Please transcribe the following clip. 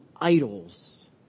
idols